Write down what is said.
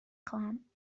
خواهیم